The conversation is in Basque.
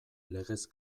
legez